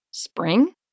Spring